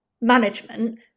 management